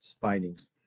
findings